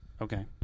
Okay